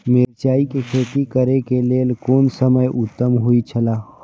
मिरचाई के खेती करे के लेल कोन समय उत्तम हुए छला?